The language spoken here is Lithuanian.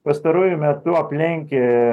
pastaruoju metu aplenkia